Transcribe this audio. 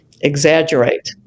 exaggerate